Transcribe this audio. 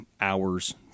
hours